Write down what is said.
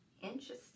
interesting